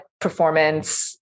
performance